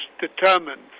determined